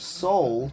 soul